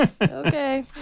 Okay